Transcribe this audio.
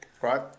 right